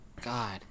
God